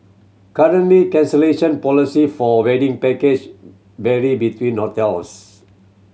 currently cancellation policy for wedding packages vary between hotels